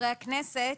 וחברי הכנסת